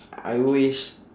I wish